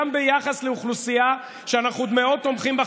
גם ביחס לאוכלוסייה שאנחנו מאוד תומכים בה,